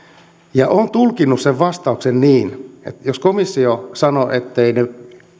ja olen tulkinnut sen vastauksen niin että jos komissio sanoo ettei se